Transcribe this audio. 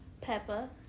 peppa